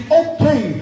okay